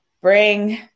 bring